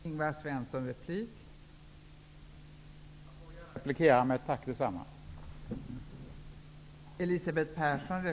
Fru talman! Jag vill gärna replikera med orden: Tack detsamma!